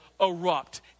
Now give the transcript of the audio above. erupt